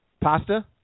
pasta